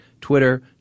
Twitter